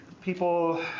People